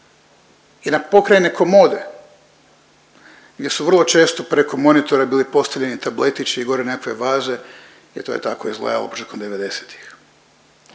i na pokrajnje komode gdje su vrlo često preko monitora bili postavljeni tabletići i gore nekakve vaze i to je tako izgledalo početkom 90-ih.